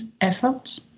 effort